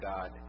God